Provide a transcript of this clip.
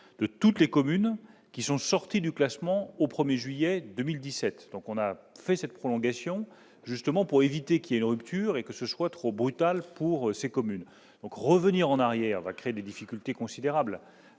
de toutes les communes qui sont sortis du classement au 1er juillet 2017, donc on a fait cette prolongation, justement pour éviter qu'il y a une rupture et que ce soit trop brutal pour ces communes donc revenir en arrière, va créer des difficultés considérables